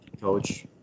coach